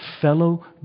fellow